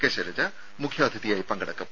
K Shailaja മുഖ്യാതിഥിയായി പങ്കെടുക്കും